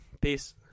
Peace